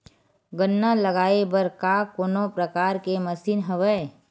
गन्ना लगाये बर का कोनो प्रकार के मशीन हवय?